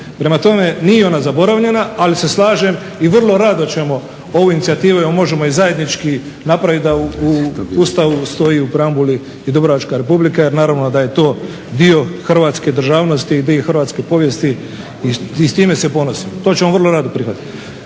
Prema tome, nije ona zaboravljena, ali se slažem i vrlo rado ćemo ovu inicijativu, evo možemo i zajednički napraviti da u Ustavu stoji u preambuli i Dubrovačka Republika, jer naravno da je to dio hrvatske državnosti i dio hrvatske povijesti i s time se ponosim. To ćemo vrlo rado prihvatiti.